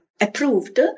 approved